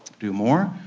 do more,